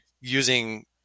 using